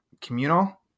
communal